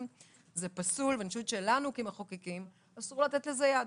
זה פסול ואני חושבת שלנו כמחוקקים אסור לתת לזה יד.